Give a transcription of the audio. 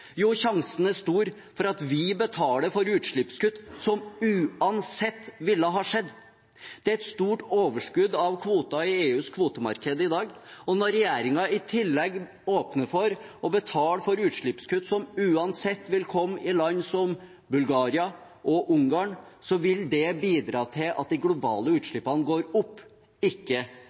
Jo, sjansen er stor for at vi betaler for utslippskutt som uansett ville skjedd. Det er et stort overskudd av kvoter i EUs kvotemarked i dag, og når regjeringen i tillegg åpner for å betale for utslippskutt som uansett vil komme i land som Bulgaria og Ungarn, vil det bidra til at de globale utslippene går opp – ikke